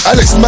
Alex